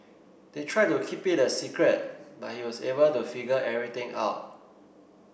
they tried to keep it a secret but he was able to figure everything out